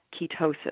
ketosis